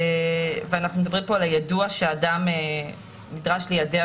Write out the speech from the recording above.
ואנחנו מדברים פה על היידוע שנדרש ליידע